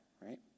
right